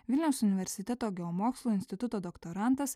vilniaus universiteto geomokslų instituto doktorantas